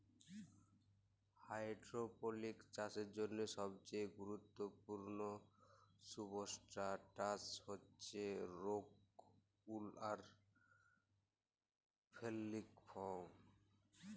hydroponics চাষের জ্যনহে সবচাঁয়ে গুরুত্তপুর্ল সুবস্ট্রাটাস হছে রোক উল আর ফেললিক ফম